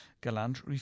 Galant